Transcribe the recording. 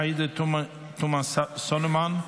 עאידה תומא סלימאן,